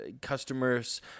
customers